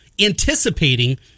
anticipating